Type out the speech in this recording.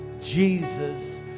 Jesus